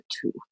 two